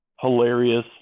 hilarious